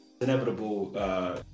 inevitable